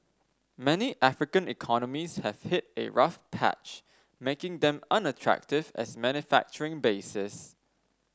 many African economies have hit a rough patch making them unattractive as manufacturing bases